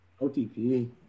OTP